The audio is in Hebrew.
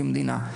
כמדינה.